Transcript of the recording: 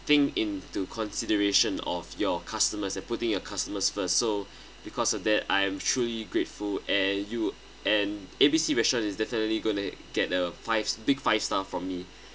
think into consideration of your customers and putting your customers first so because of that I am truly grateful and you and A_B_C restaurant is definitely gonna get a five big five star from me